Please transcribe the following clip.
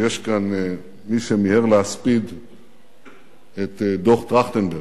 שיש כאן מי שמיהר להספיד את דוח-טרכטנברג.